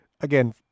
again